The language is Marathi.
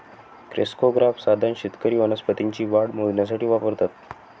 क्रेस्कोग्राफ साधन शेतकरी वनस्पतींची वाढ मोजण्यासाठी वापरतात